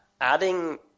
adding